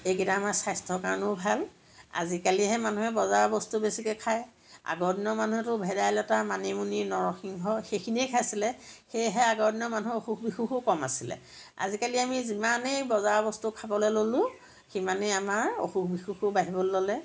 এইকেইটা আমাৰ স্বাস্থ্য়ৰ কাৰণেও ভাল আজিকালিহে মানুহে বজাৰৰ বস্তু বেছিকে খায় আগৰ দিনৰ মানুহেটো ভেদাইলতা মানিমুনি নৰসিংহ সেইখিনিয়েই খাইছিলে সেয়েহে আগৰ দিনৰ মানুহৰ অসুখ বিসুখো কম আছিলে আজিকালি আমি যিমানেই বজাৰৰ বস্তু খাবলে ল'লোঁ সিমানেই আমাৰ অসুখ বিসুখো বাঢ়িবলৈ ল'লে